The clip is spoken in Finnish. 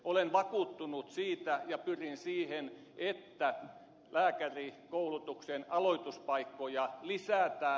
olen vakuuttunut siitä ja pyrin siihen että lääkärikoulutuksen aloituspaikkoja lisätään